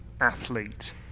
athlete